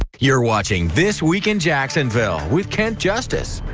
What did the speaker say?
you're watching this week in jacksonville with kent justice.